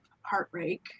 heartbreak